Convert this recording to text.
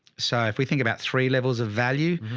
so if we think about three levels of value,